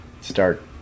start